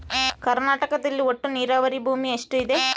ಕರ್ನಾಟಕದಲ್ಲಿ ಒಟ್ಟು ನೇರಾವರಿ ಭೂಮಿ ಎಷ್ಟು ಇದೆ?